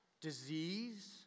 disease